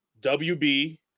WB